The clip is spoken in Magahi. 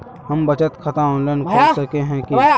हम बचत खाता ऑनलाइन खोल सके है की?